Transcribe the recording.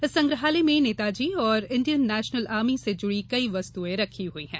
इस संग्रहालय में नेताजी और इंडियन नेशनल आर्मी से जुड़ी कई वस्तुएं रखी हुई हैं